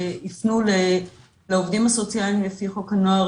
יפנו לעובדים הסוציאליים לפי חוק הנוער